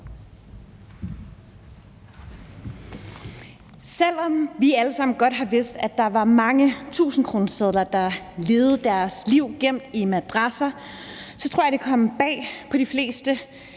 Selv om vi alle sammen godt har vidst, at der var mange tusindkronesedler, der levede deres liv gemt i madrasser, så tror jeg det kom bag på de fleste